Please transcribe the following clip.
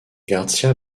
garcía